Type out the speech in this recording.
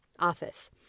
office